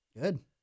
Good